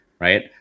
right